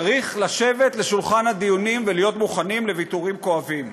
צריך לשבת אל שולחן הדיונים ולהיות מוכנים לוויתורים כואבים.